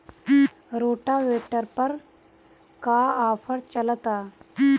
Rotavator पर का offer चलता?